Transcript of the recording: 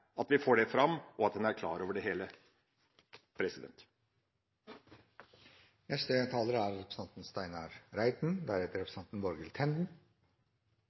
at vi får det fram, og at en er klar over det hele.